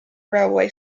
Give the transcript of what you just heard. railway